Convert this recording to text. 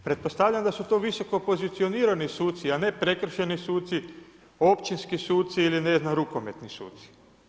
Pretpostavljam da su to visoko pozicionirani suci a ne prekršajni suci, općinski suci ili ne znam rukometni suci.